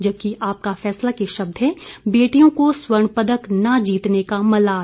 जबकि आपका फैसला के शब्द हैं बेटियों को स्वर्ण पदक न जीतने का मलाल